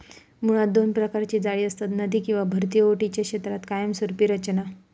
मुळात दोन प्रकारची जाळी असतत, नदी किंवा भरती ओहोटीच्या क्षेत्रात कायमस्वरूपी रचना